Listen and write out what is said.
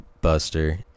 Buster